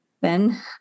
Ben